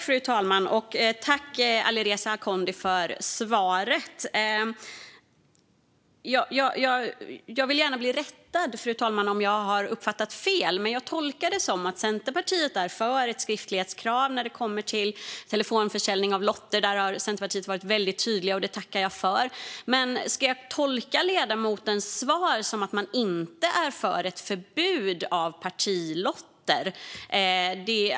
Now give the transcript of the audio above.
Fru talman! Jag tackar Alireza Akhondi för svaret. Fru talman! Jag vill gärna bli rättad om jag har uppfattat det fel, men jag tolkar det som att Centerpartiet är för ett skriftlighetskrav när det kommer till telefonförsäljning av lotter. Där har Centerpartiet varit väldigt tydliga, och det tackar jag för. Men ska jag tolka ledamotens svar som att man inte är för ett förbud av partilotter?